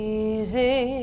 easy